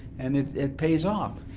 and it it pays off.